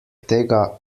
tega